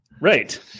Right